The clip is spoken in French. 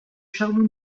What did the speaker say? charbon